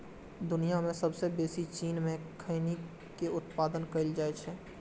दुनिया मे सबसं बेसी चीन मे खैनी के उत्पादन कैल जाइ छै